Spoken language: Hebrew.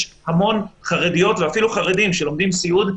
יש המון חרדיות ואפילו חרדים שלומדים סיעוד,